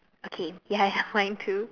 okay ya ya mine too